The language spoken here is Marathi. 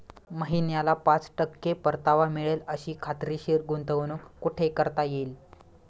महिन्याला पाच टक्के परतावा मिळेल अशी खात्रीशीर गुंतवणूक कुठे करता येईल?